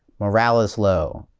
morale is low,